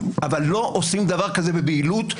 לא עושים דבר כזה בבהילות.